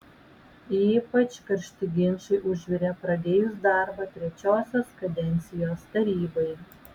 ypač karšti ginčai užvirė pradėjus darbą trečiosios kadencijos tarybai